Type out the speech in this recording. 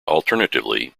alternatively